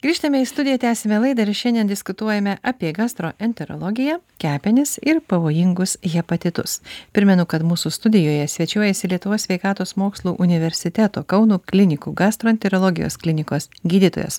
grįžtame į studiją tęsime laidą ir šiandien diskutuojame apie gastroenterologiją kepenis ir pavojingus hepatitus primenu kad mūsų studijoje svečiuojasi lietuvos sveikatos mokslų universiteto kauno klinikų gastroenterologijos klinikos gydytojas